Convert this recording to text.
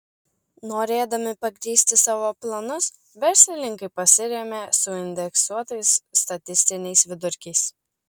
norėdami pagrįsti savo planus verslininkai pasirėmė suindeksuotais statistiniais vidurkiais